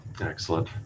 Excellent